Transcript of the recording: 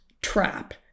trap